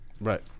Right